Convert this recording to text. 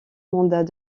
mandat